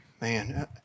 Man